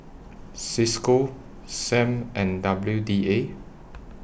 CISCO SAM and W D A